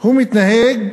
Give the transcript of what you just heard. הוא מתנהג